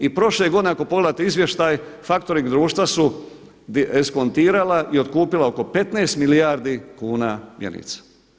I prošle godine, ako pogledate izvještaj faktoring društva su eskontirala i otkupila oko 15 milijardi kuna mjenica.